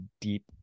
deep